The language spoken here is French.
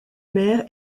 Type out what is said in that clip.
mère